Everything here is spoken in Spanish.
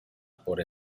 por